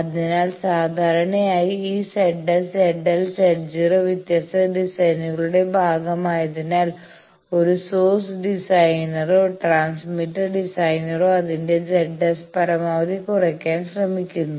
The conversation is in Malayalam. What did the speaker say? അതിനാൽ സാധാരണയായി ഈ ZS ZL Z0 വ്യത്യസ്ത ഡിസൈനുകളുടെ ഭാഗമായതിനാൽ ഒരു സോഴ്സ് ഡിസൈനറോ ട്രാൻസ്മിറ്റർ ഡിസൈനറോ അതിന്റെ ZS പരമാവധി കുറയ്ക്കാൻ ശ്രമിക്കുന്നു